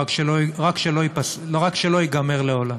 רק שלא ייגמר לעולם.